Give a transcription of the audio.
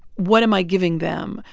what am i giving them?